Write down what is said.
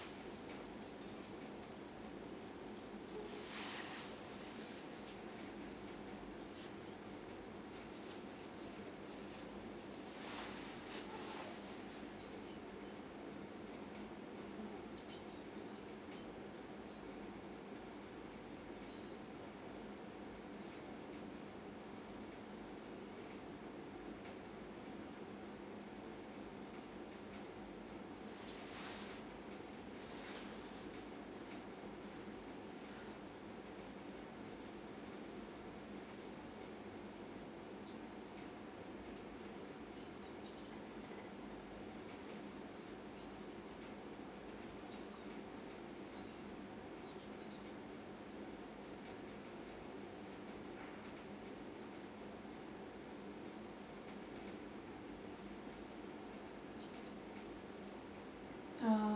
uh